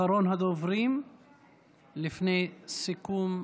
אחרון הדוברים לפני סיכום.